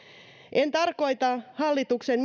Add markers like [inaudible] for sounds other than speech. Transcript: en tarkoita hallituksen [unintelligible]